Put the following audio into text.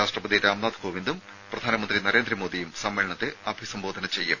രാഷ്ട്രപതി രാംനാഥ് കോവിന്ദും പ്രധാനമന്ത്രി നരേന്ദ്രമോദിയും സമ്മേളനത്തെ അഭിസംബോധന ചെയ്യും